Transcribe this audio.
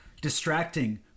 distracting